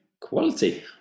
Quality